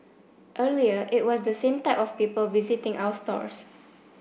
earlier it was the same type of people visiting our stores